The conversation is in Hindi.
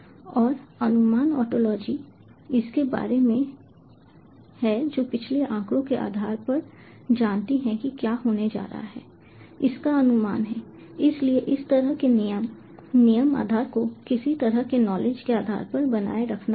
और अनुमान ओंटोलॉजी इसके बारे में है जो पिछले आंकड़ों के आधार पर जानती है कि क्या होने जा रहा है इसका अनुमान है इसलिए उस तरह के नियम नियम आधार को किसी तरह के नॉलेज के आधार पर बनाए रखना होगा